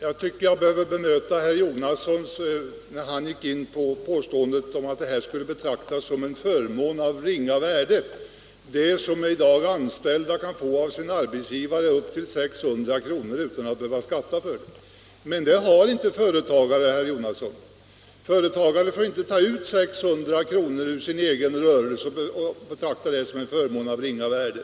Herr talman! Herr Jonasson ansåg att det här skulle betraktas som en förmån av ringa värde och likställas med de förmåner upp till ett värde av 600 kr. som de anställda kan få av en arbetsgivare utan att behöva skatta för dem. Men den förmånen har inte företagare, herr Jonasson! Företagare får inte ta ut 600 kr. ur sin egen rörelse och betrakta det som en förmån av ringa värde.